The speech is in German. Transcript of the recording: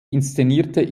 inszenierte